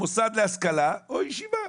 מוסד להשכלה או ישיבה.